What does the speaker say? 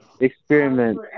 experiment